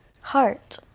heart